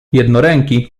jednoręki